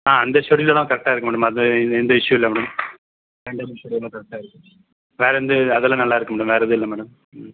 ஆ அந்த ஷெட்யூலெல்லாம் கரெக்டாக இருக்குது மேடம் அதில் எந்த இஸ்யூவும் இல்லை மேடம் வேறு எந்த அதெல்லாம் நல்லாயிருக்கு மேடம் வேறு எதுவும் இல்லை மேடம்